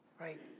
Right